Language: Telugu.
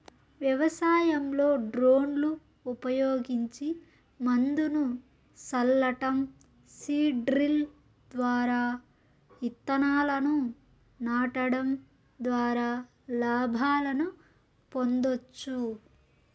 వ్యవసాయంలో డ్రోన్లు ఉపయోగించి మందును సల్లటం, సీడ్ డ్రిల్ ద్వారా ఇత్తనాలను నాటడం ద్వారా లాభాలను పొందొచ్చు